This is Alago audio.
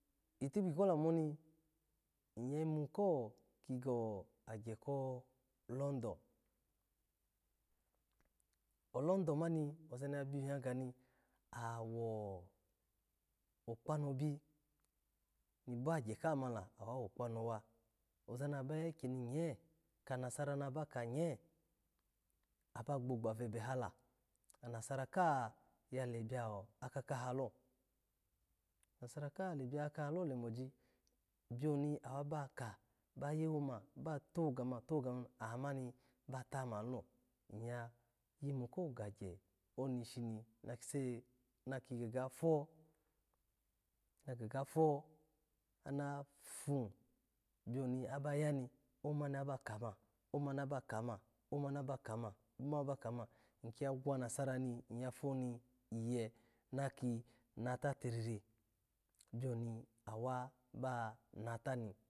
Itikpi ko lamu oni, iya yimu ko ki gagye ko london, olondon ma ni oza ni ya biyu yaga ni, awo kpanobi ni pi bagye kama mani awawo kpanowa, oza na ba ekyeni nye, kanasara aba ka nye aba gbogbo vebe hala, anasara ka ha ya lema biyo atsaha loi anasara ka ya lema biya kaho lemoji biyo ni awa ba ka bayo ma, bato gama to gama aha mani ba tomani lo, iya yimuko gye oni shi na ki sake na ga gafo, nagafo, ana fo biyo ni aba ya ni omani aba kama, omani aba kama, oma ni aba kama, omani aba kama, ikiya gwanasara miyafo ni iye, na ki nato tiriri biyo ni awa ba nata ni.